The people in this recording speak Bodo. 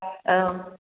औ